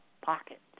pocket